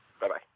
Bye-bye